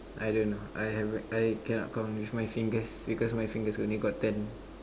I don't know I haven't I cannot count with my fingers because my fingers only got ten